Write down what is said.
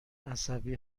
عصبی